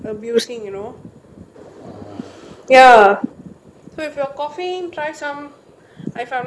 ya so if you're coughing try some I if I'm not wrong chamomile tea or